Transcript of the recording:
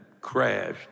crashed